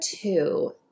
two